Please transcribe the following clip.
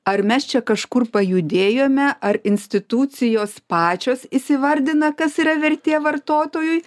ar mes čia kažkur pajudėjome ar institucijos pačios įsivardina kas yra vertė vartotojui